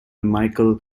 michael